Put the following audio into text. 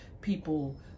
people